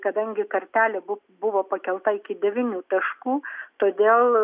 kadangi kartelė bu buvo pakelta iki devynių taškų todėl